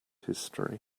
history